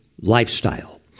lifestyle